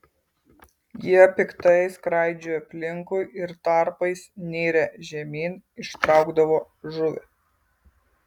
jie piktai skraidžiojo aplinkui ir tarpais nirę žemyn ištraukdavo žuvį